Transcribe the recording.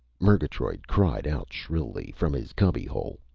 murgatroyd cried out shrilly, from his cubbyhole.